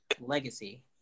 Legacy